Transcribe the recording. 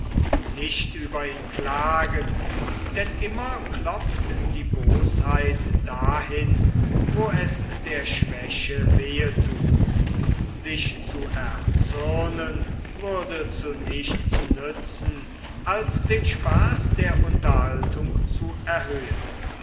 nicht über ihn klagen denn immer klopft die bosheit dahin wo es der schwäche wehe thut sich zu erzürnen würde zu nichts dienen als den spaaß der unterhaltung zu erhöhen